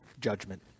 judgment